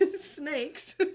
snakes